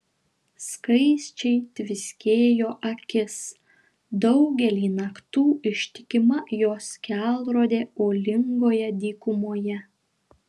skaisčiai tviskėjo akis daugelį naktų ištikima jos kelrodė uolingoje dykumoje